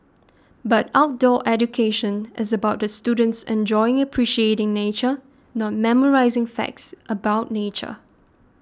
but outdoor education is about the students enjoying appreciating nature not memorising facts about nature